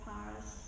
Paris